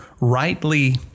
rightly